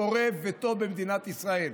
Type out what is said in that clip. פורה וטוב במדינת ישראל.